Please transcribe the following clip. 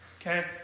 Okay